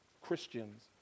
Christians